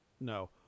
No